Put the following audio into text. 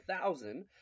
thousand